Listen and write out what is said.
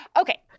okay